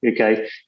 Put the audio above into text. okay